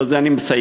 בזה אני מסיים.